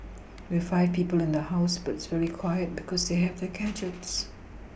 we have five people in the house but it's very quiet because they have their gadgets